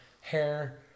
hair